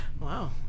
Wow